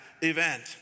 event